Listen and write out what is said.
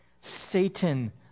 Satan